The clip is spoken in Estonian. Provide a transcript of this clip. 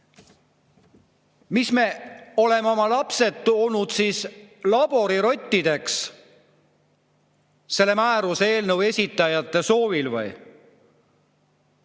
Kas me oleme oma lapsed toonud laborirottideks selle määruse eelnõu esitajate soovil või?